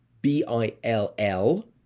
B-I-L-L